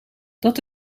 dat